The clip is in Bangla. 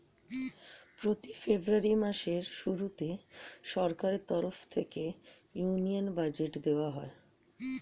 প্রতি ফেব্রুয়ারি মাসের শুরুতে সরকারের তরফ থেকে ইউনিয়ন বাজেট দেওয়া হয়